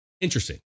interesting